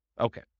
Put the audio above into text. Okay